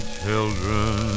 children